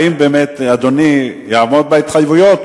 האם באמת אדוני יעמוד בהתחייבויות,